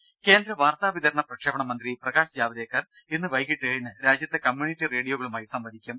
രുമ കേന്ദ്ര വാർത്താവിതരണ പ്രക്ഷേപണ മന്ത്രി പ്രകാശ് ജാവദേക്കർ ഇന്ന് വൈകീട്ട് ഏഴിന് രാജ്യത്തെ കമ്മ്യൂണിറ്റി റേഡിയോകളുമായി സംവദിക്കും